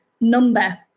number